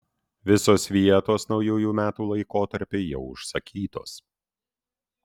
visos vietos naujųjų metų laikotarpiui jau užsakytos